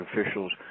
officials